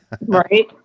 right